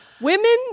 women